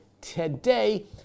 today